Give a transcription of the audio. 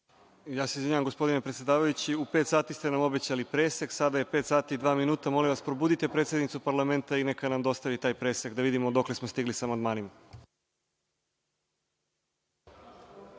Ja se izvinjavam gospodine predsedavajući, u pet sati ste nam obećali presek, a sada je pet sati i dva minuta, pa molim vas probudite predsednicu parlamenta, neka nam dostavi taj presek da vidimo dokle smo stigli sa amandmanima.